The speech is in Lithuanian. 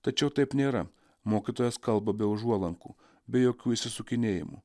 tačiau taip nėra mokytojas kalba be užuolankų be jokių išsisukinėjimų